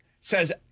says